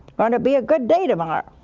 going to be a good day tomorrow.